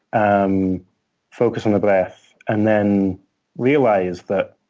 um focus on the breath, and then realize that